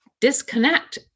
disconnect